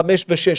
חמש ושש.